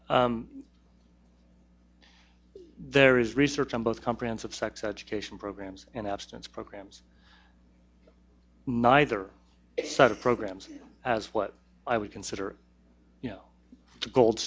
there is research on both comprehensive sex education programs and abstinence programs neither sort of programs what i would consider you know gold